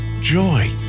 joy